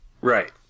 Right